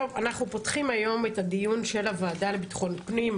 אנחנו פותחים היום את הדיון של הוועדה לביטחון פנים.